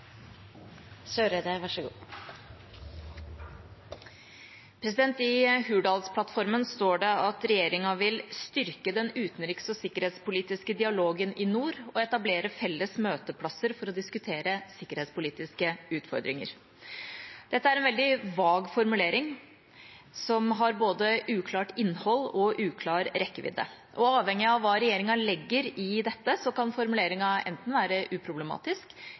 I Hurdalsplattformen står det at regjeringa vil «styrke den utenriks- og sikkerhetspolitiske dialogen i nord og etablere felles møteplasser for å diskutere sikkerhetspolitiske utfordringer». Dette er en veldig vag formulering, som har både uklart innhold og uklar rekkevidde. Avhengig av hva regjeringa legger i dette, kan formuleringen enten være uproblematisk,